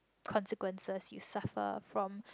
consequences you suffer from